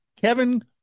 Kevin